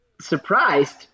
surprised